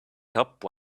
top